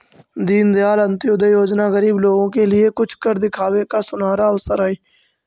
दीनदयाल अंत्योदय योजना गरीब लोगों के लिए कुछ कर दिखावे का सुनहरा अवसर हई